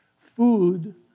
food